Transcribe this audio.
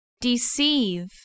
deceive